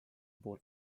puhul